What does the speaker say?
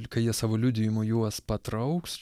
kai jie savo liudijimu juos patrauks